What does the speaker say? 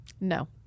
No